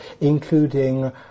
including